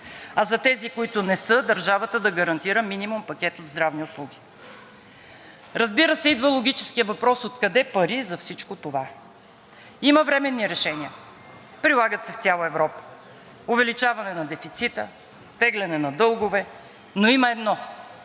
а за тези, които не са, държавата да гарантира минимум пакет от здравни услуги. Разбира се, идва логическият въпрос откъде пари за всичко това? Има временни решения, прилагат се в цяла Европа – увеличаване на дефицита, теглене на дългове, но има едно,